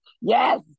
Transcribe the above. Yes